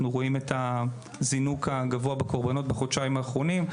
אנחנו רואים את הזינוק הגבוה בקורבנות בחודשיים האחרונים,